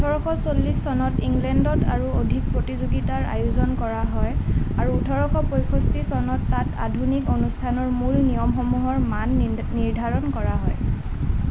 ওঠৰশ চল্লিছ চনত ইংলেণ্ডত আৰু অধিক প্ৰতিযোগিতাৰ আয়োজন কৰা হয় আৰু ওঠৰশ পঁয়ষষ্ঠি চনত তাত আধুনিক অনুষ্ঠানৰ মূল নিয়মসমূহৰ মান নিধা নিৰ্ধাৰণ কৰা হয়